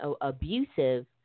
abusive